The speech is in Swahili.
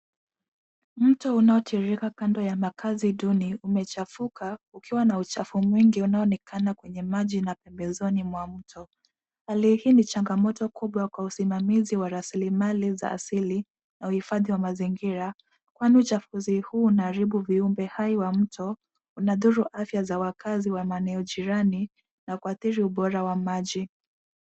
Mto unaotiririka kando ya makazi duni umechafuka ukiwa na uchafu mwingi unaoonekana kwenye maji na pembezoni mwa mto. Hali hii ni changamoto kubwa kwa usimamizi wa rasilimali za asili na uhifadhi wa mazingira, kwani uchafuzi huu unaharibu viumbe hai wa mto, unakudhuru afya za wakazi wa maeneo jirani na kuathiri ubora wa maji.